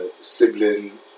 sibling